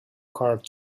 card